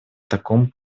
таком